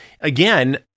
again